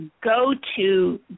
go-to